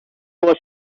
was